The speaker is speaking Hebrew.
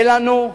אין לנו,